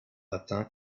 atteint